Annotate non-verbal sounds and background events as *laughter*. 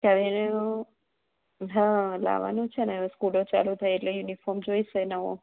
ત્યારે *unintelligible* હા લાવવાનું છે ને હવે સ્કૂલો ચાલું થાય એટલે યુનિફોર્મ જોઇશે નવો